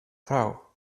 vrouw